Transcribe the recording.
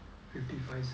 fifty five cent